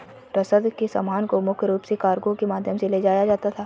रसद के सामान को मुख्य रूप से कार्गो के माध्यम से ले जाया जाता था